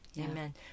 Amen